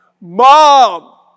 Mom